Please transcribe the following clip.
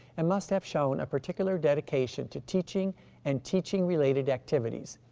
and must have shown a particular dedication to teaching and teaching related activities.